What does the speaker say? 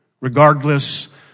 regardless